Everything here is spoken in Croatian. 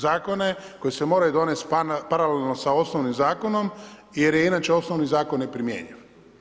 Zakone koji se moraju donesti paralelno sa osnovnim zakonom jer je inače osnovni zakon neprimjenjiv.